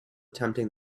tempting